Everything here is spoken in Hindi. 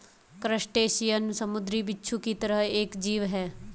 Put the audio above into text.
क्रस्टेशियन समुंद्री बिच्छू की तरह एक जीव है